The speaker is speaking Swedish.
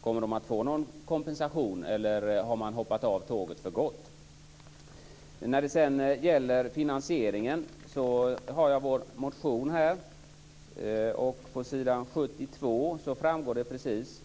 Kommer de att få någon kompensation, eller har man hoppat av tåget för gott? När det sedan gäller finansieringen har jag vår motion här. På s. 72 framgår det precis